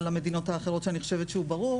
למדינות האחרות שאני חושבת שהוא ברור.